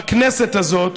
בכנסת הזאת,